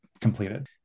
completed